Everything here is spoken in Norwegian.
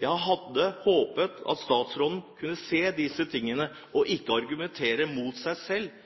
Jeg hadde håpet at statsråden kunne se disse tingene, og ikke argumentere mot seg selv